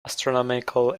astronomical